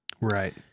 Right